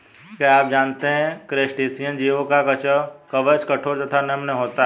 क्या आप जानते है क्रस्टेशियन जीवों का कवच कठोर तथा नम्य होता है?